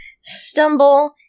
stumble